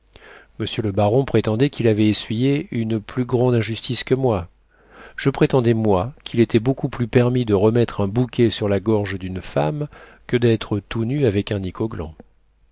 monsieur le baron prétendait qu'il avait essuyé une plus grande injustice que moi je prétendais moi qu'il était beaucoup plus permis de remettre un bouquet sur la gorge d'une femme que d'être tout nu avec un